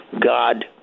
God